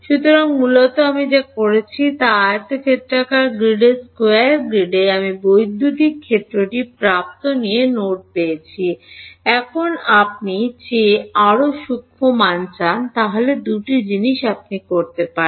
সুতরাং মূলত আমি যা করেছি তা আয়তক্ষেত্রাকার গ্রিডের স্কোয়ার গ্রিডে আমি বৈদ্যুতিক ক্ষেত্রটি প্রাপ্ত প্রতিটি নোডে পেয়েছি এখন আপনি চেয়ে আরও সূক্ষ্ম চান তা হলে দুটি জিনিস আপনি করতে পারেন